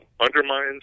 undermines